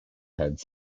heads